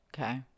Okay